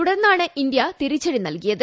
തുടർന്നാണ് ഇന്തൃ തിരിച്ചടി നൽകിയത്